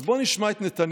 אז בואו נשמע את נתניהו,